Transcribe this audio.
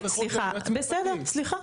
בסדר, סליחה.